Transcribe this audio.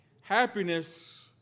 Happiness